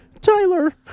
Tyler